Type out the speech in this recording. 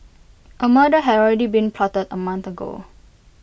A murder had already been plotted A month ago